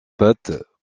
pattes